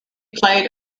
played